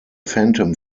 phantom